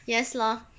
yes lor